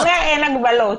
אתה אומר שאין הגבלות.